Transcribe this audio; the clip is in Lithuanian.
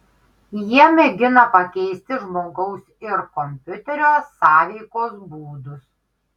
jie mėgina pakeisti žmogaus ir kompiuterio sąveikos būdus